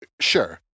Sure